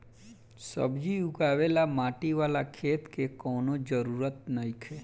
सब्जी उगावे ला माटी वाला खेत के कवनो जरूरत नइखे